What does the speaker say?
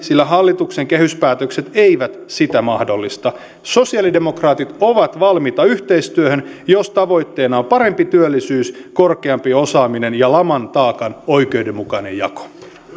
sillä hallituksen kehyspäätökset eivät sitä mahdollista sosialidemokraatit ovat valmiita yhteistyöhön jos tavoitteena on parempi työllisyys korkeampi osaaminen ja laman taakan oikeudenmukainen jako